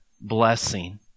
blessing